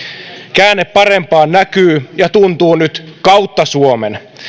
käänne parempaan näkyy ja tuntuu nyt kautta suomen